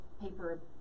paper